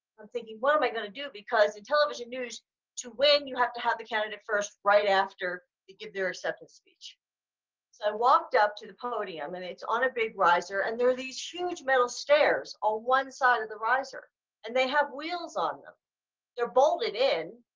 i'm thinking what am i going to do, because in television news to win you have to have the candidate first right after to give their acceptance speech. so i walked up to the podium and it's on a big riser and there are these huge metal stairs on one side of the riser and they have wheels on them they're bolted in.